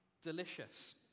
delicious